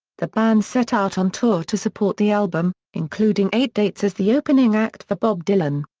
the band set out on tour to support the album, including eight dates as the opening act for bob dylan.